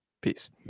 peace